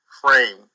frame